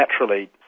naturally